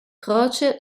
croce